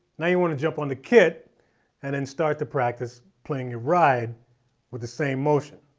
now you want to jump on the kit and then start to practice playing your ride with the same motion.